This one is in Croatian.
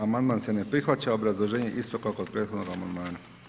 Amandman se ne prihvaća, obrazloženje isto kao kod prethodnog amandmana.